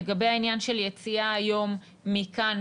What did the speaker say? לגבי העניין של יציאה היום מכאן,